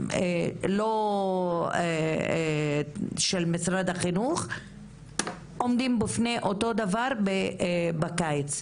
הספר שלא שייכים למשרד החינוך עומדים בפני אותו הדבר בחודשי הקיץ.